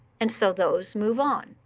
and so those move on.